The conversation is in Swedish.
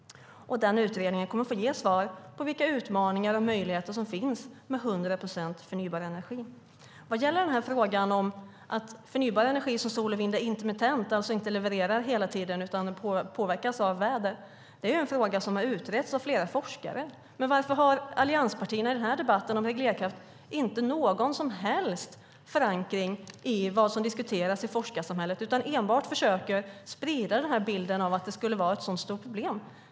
Och den utredningen kommer att få ge svar på vilka utmaningar och möjligheter som finns med 100 procent förnybar energi. Sedan gäller det frågan om att förnybar energi som solkraft och vindkraft är intermittent, alltså inte levererar hela tiden utan påverkas av väder. Det är en fråga som har utretts av flera forskare. Men varför har allianspartierna i den här debatten om reglerkraft inte någon som helst förankring i vad som diskuteras i forskarsamhället? De försöker enbart sprida bilden av att det skulle vara ett stort problem.